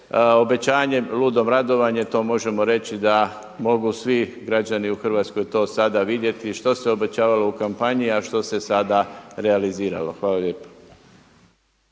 obećanje, ludom radovanje, to možemo reći da mogu svi građani u Hrvatskoj to sada vidjeti što se obećavalo u kampanji a što se sada realiziralo. Hvala lijepo.